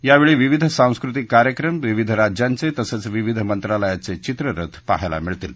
यावेळी विविध सांस्कृतिक कार्यक्रम विविध राज्यांचे तसंच विविध मंत्रालयाचे चित्ररथ पहायला मिळतील